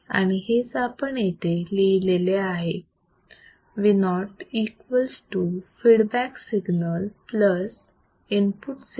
आणि हेच आपण इथे लिहिलेले आहे Vi equals to feedback signal plus input signal